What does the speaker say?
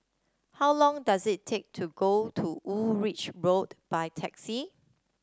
how long does it take to go to Woolwich Road by taxi